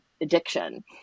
addiction